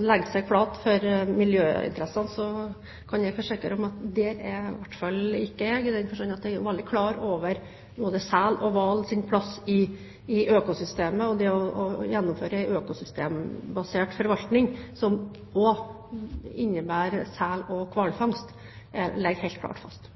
legge seg flat for miljøinteressene, kan jeg forsikre om at det gjør i hvert fall ikke jeg, i den forstand at jeg er veldig klar over både selens og hvalens plass i økosystemet. Det å gjennomføre en økosystembasert forvaltning som også innebærer sel- og hvalfangst, ligger helt klart fast.